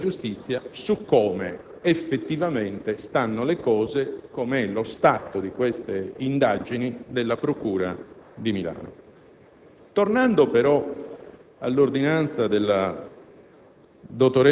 dal Ministro della giustizia su come effettivamente stiano le cose, su quale sia lo stato di queste indagini della procura di Milano.